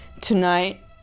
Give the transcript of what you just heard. Tonight